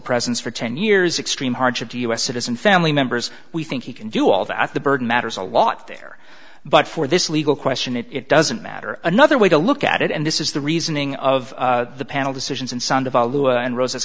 presence for ten years extreme hardship to us citizen family members we think he can do all that the burden matters a lot there but for this legal question it it doesn't matter another way to look at it and this is the reasoning of the panel decisions and sound of all lou and rose